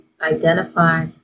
identify